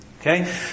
Okay